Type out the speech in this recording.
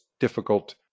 Difficult